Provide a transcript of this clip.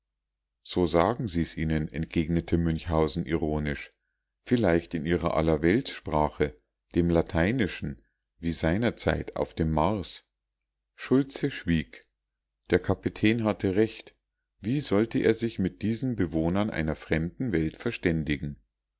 so sagen sie's ihnen entgegnete münchhausen ironisch vielleicht in ihrer allerweltssprache dem lateinischen wie seinerzeit auf dem mars schultze schwieg der kapitän hatte recht wie sollte er sich mit diesen bewohnern einer fremden welt verständigen